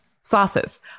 sauces